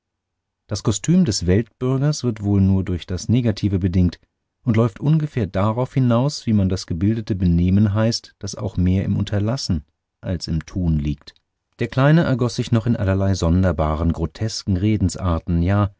das kostüm des weltbürgers wird wohl nur durch das negative bedingt und läuft ungefähr darauf hinaus was man das gebildete benehmen heißt das auch mehr im unterlassen als im tun liegt der kleine ergoß sich noch in allerlei sonderbaren grotesken redensarten ja